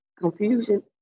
confusion